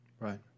Right